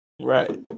right